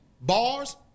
bars